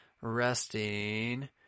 resting